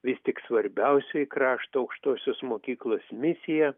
vis tik svarbiausioji krašto aukštosios mokyklos misija